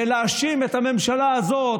ולהאשים את הממשלה הזאת,